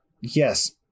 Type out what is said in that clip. Yes